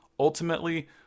Ultimately